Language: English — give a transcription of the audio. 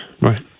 Right